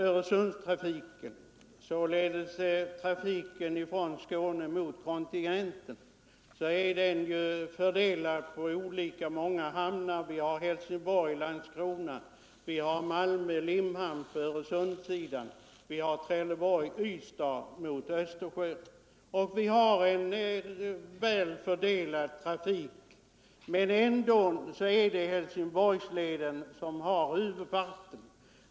Öresundstrafiken — således trafiken från Skåne mot kontinenten — är ju fördelad på många olika hamnar. Vi har Helsingborg, Landskrona, Malmö och Limhamn på Öresundssidan, och vi har Trelleborg och Ystad mot Östersjön. Trafiken är fördelad, men ändå har Helsingborg huvudparten.